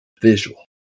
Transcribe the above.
visual